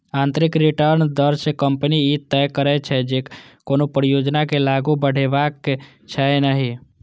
आंतरिक रिटर्न दर सं कंपनी ई तय करै छै, जे कोनो परियोजना के आगू बढ़ेबाक छै या नहि